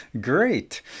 Great